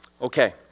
Okay